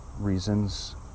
reasons